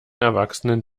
erwachsenen